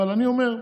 אבל אני אומר,